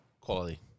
Quality